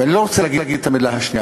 ואני לא רוצה להגיד את המילה השנייה.